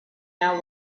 now